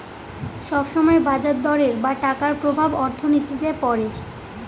সব সময় বাজার দরের বা টাকার প্রভাব অর্থনীতিতে পড়ে